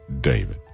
David